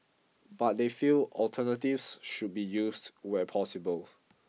but they feel alternatives should be used where possible